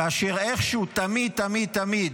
כאשר איכשהו, תמיד, תמיד,